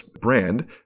brand